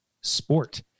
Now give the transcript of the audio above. sport